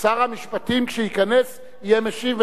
שר המשפטים, כשייכנס, יהיה משיב.